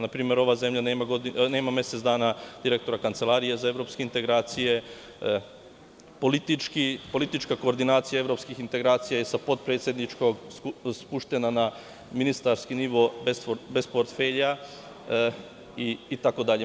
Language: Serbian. Na primer ova zemlja nema mesec dana direktora Kancelarije za evropske integracije, politička koordinacija evropskih integracija je sa potpredsedničkog spuštena na ministarski nivo bez portfelja, itd.